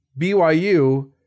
BYU